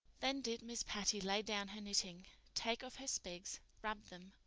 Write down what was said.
then did miss patty lay down her knitting, take off her specs, rub them,